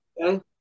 Okay